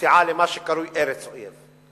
נסיעה למה שקרוי "ארץ אויב".